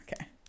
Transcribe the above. Okay